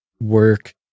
work